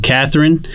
Catherine